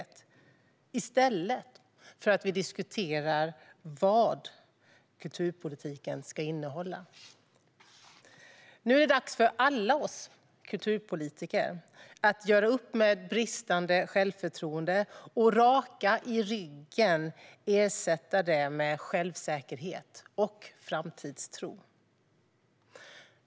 Detta sker i stället för att vi diskuterar vad kulturpolitiken ska innehålla. Nu är det dags för alla oss kulturpolitiker att göra upp med bristande självförtroende och raka i ryggen ersätta det med självsäkerhet och framtidstro.